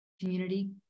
community